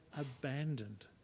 abandoned